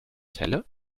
celle